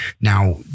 Now